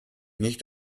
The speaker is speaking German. nicht